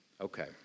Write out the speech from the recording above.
Okay